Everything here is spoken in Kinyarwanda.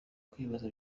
kwibaza